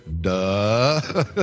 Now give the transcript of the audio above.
duh